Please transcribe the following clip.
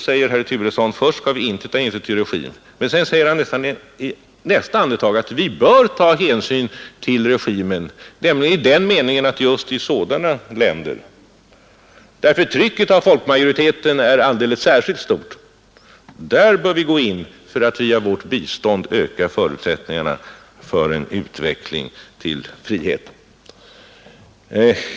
Herr Turesson säger först att vi inte skall ta hänsyn till regimen, men i nästa andetag säger han att vi bör ta hänsyn till regimen, nämligen i den meningen att just i länder där förtrycket av folkmajoriteten är alldeles särskilt stort bör vi gå in för att via vårt bistånd öka förutsättningarna för en utveckling till frihet.